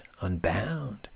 unbound